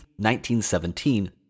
1917